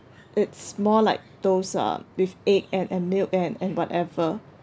it's more like those uh with egg and and milk and and whatever